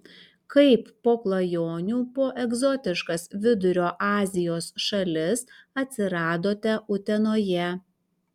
kaip po klajonių po egzotiškas vidurio azijos šalis atsiradote utenoje